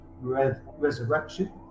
Resurrection